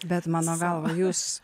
bet mano galva jūs